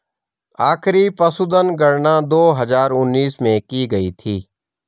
आखिरी पशुधन गणना दो हजार उन्नीस में की गयी थी